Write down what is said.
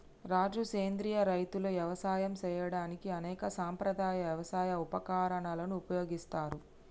రాజు సెంద్రియ రైతులు యవసాయం సేయడానికి అనేక సాంప్రదాయ యవసాయ ఉపకరణాలను ఉపయోగిస్తారు